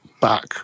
back